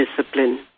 discipline